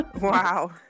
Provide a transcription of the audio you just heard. wow